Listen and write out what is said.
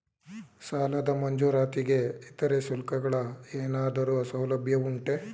ಸಾಲದ ಮಂಜೂರಾತಿಗೆ ಇತರೆ ಶುಲ್ಕಗಳ ಏನಾದರೂ ಸೌಲಭ್ಯ ಉಂಟೆ?